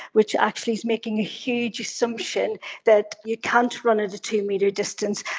which actually is making a huge assumption that you can't run at a two-metre distance.